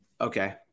Okay